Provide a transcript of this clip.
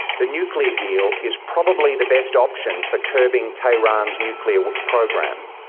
the nuclear deal is probably the best option for curbing tehran's nuclear program.